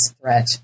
threat